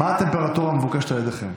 מה הטמפרטורה המבוקשת על ידיכם?